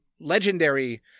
legendary